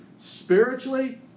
spiritually